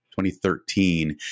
2013